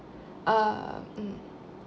uh mm